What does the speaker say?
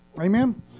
Amen